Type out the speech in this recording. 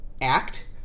act